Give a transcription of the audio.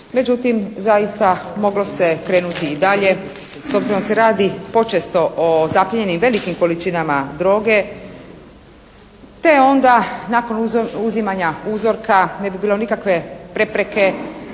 Međutim zaista moglo se krenuti i dalje. S obzirom da se radi počesto o zaplijenjenim velikim količinama droge te onda nakon uzimanja uzorka ne bi bilo nikakve prepreke